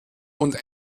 und